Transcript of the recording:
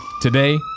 Today